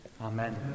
Amen